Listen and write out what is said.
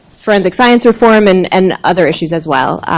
forensic science reform and and other issues as well.